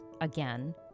again